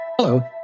Hello